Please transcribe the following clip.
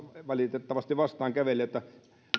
valitettavasti vastaan kävelee